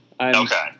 Okay